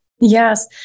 Yes